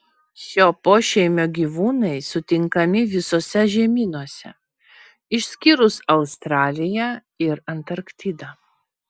šio pošeimio gyvūnai sutinkami visuose žemynuose išskyrus australiją ir antarktidą